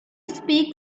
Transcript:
speak